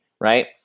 right